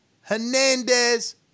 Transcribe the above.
Hernandez